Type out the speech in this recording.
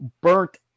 burnt